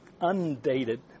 undated